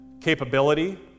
capability